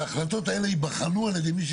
כשהחלטות האלה ייבחנו על ידי מישהו,